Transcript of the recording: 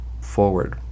forward